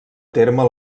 terme